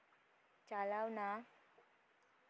ᱪᱟᱞᱟᱣᱱᱟ